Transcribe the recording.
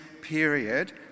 period